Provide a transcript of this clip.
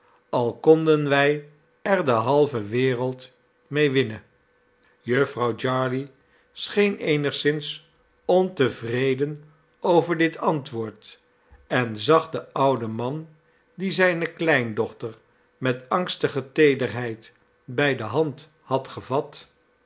al konden wij er de halve wereld mede winnen jufvrouw jarley scheen eenigszins ontevreden over dit antwoord en zag den ouden man die zijne kleindochter met angstige teederheid bij de hand had gevat